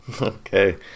Okay